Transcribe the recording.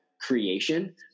creation